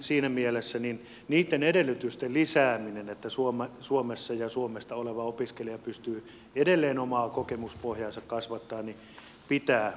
siinä mielessä niitten edellytysten lisäämistä että suomesta oleva opiskelija pystyy edelleen omaa kokemuspohjaansa kasvattamaan pitää katsoa myönteisesti